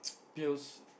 pills